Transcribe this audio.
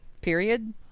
Period